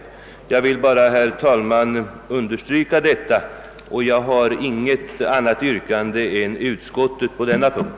Nu Jag vill bara, herr talman, understryka detta och har inget annat yrkande än om bifall till utskottets hemställan på denna punkt.